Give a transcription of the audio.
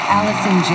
Allison